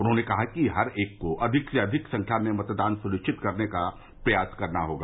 उन्होंने कहा कि हर एक को अधिक से अधिक संख्या में मतदान सुनिश्चित कराने का प्रयास करना होगा